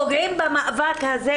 פוגעים במאבק הזה,